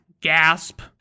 Gasp